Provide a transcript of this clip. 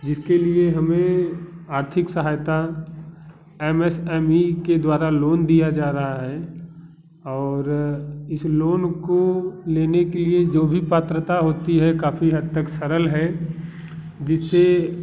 जिसके लिए हमें आर्थिक सहायता एम एस एम ई के द्वारा लोन दिया जा रहा है और इस लोन को लेने के लिए जो भी पात्रता होती है काफ़ी हद तक सरल है जिससे